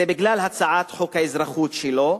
זה בגלל הצעת חוק האזרחות שלו,